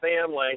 family